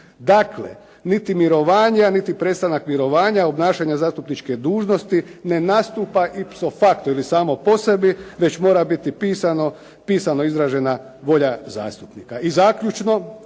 Dakle, niti mirovanja niti prestanak mirovanja obnašanja zastupničke dužnosti ne nastupa ipso facto ili samo po sebi, već mora biti pisano izražena volja zastupnika.